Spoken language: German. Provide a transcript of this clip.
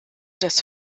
das